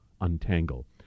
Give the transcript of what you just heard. untangle